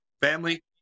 Family